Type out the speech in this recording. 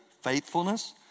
faithfulness